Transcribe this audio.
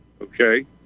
okay